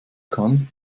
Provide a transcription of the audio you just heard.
kann